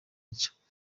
nshya